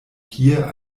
hier